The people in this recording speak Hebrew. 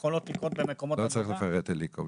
לא צריך לפרט, אליקו.